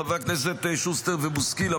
חברי הכנסת שוסטר ובוסקילה,